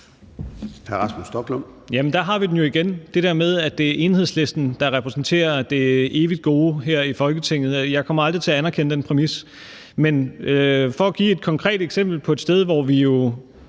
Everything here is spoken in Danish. Der har vi jo igen den der med, at det er Enhedslisten, der repræsenterer det evigt gode her i Folketinget. Jeg kommer aldrig til at anerkende den præmis. Men for at give et konkret eksempel på et sted, hvor vi jo